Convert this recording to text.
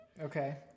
Okay